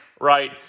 right